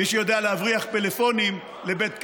מי שיודע להבריח פלאפונים לבית כלא,